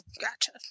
Gotcha